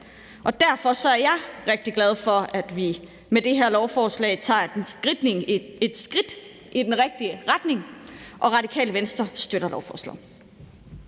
Derfor er jeg rigtig glad for, at vi med det her lovforslag tager et skridt i den rigtige retning, og Radikale Venstre støtter lovforslaget.